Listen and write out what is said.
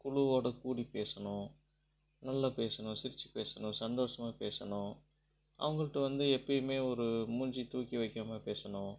குழுவோட கூடி பேசணும் நல்லா பேசணும் சிரிச்சு பேசணும் சந்தோசமாக பேசணும் அவங்கள்ட்ட வந்து எப்பையுமே ஒரு மூஞ்சை தூக்கி வைக்காமல் பேசணும்